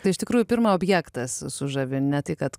tai iš tikrųjų pirma objektas sužavi ne tai kad